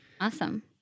Awesome